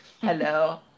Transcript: Hello